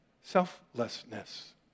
selflessness